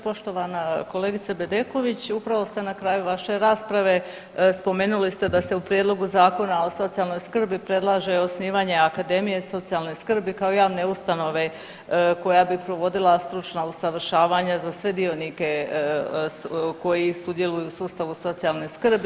Poštovana kolegice Bedeković upravo ste na kraju vaše rasprave spomenuli ste da se u prijedlogu Zakona o socijalnoj skrbi predlaže osnivanje Akademije socijalne skrbi kao javne ustanove koja bi provodila stručna usavršavanja za sve dionike koji sudjeluju u sustavu socijalne skrbi.